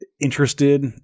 interested